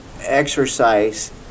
exercise